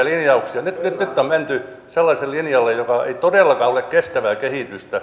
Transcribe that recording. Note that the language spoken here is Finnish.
nyt on menty sellaiselle linjalle joka ei todellakaan ole kestävää kehitystä